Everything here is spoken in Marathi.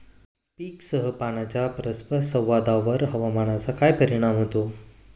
पीकसह पाण्याच्या परस्पर संवादावर हवामानाचा काय परिणाम होतो?